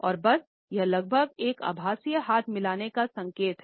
और बस यहलगभग एक आभासी हाथ मिलाने का संकेत है